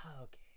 Okay